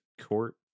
court